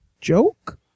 joke